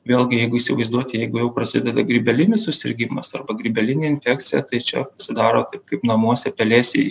vėlgi jeigu įsivaizduoti jeigu jau prasideda grybelinis susirgimas arba grybelinė infekcija tai čia pasidaro taip kaip namuose pelėsiai